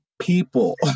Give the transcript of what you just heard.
people